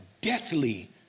deathly